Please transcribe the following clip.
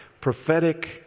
Prophetic